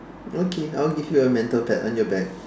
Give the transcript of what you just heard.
okay I'll give you a mental pat on your back